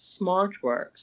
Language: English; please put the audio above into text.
SmartWorks